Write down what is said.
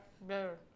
Better